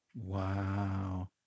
Wow